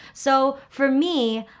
so for me,